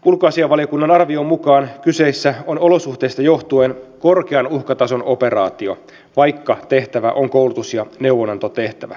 ulkoasiainvaliokunnan arvion mukaan kyseessä on olosuhteista johtuen korkean uhkatason operaatio vaikka tehtävä on koulutus ja neuvonantotehtävä